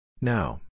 Now